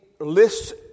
lists